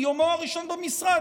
מיומו הראשון במשרד,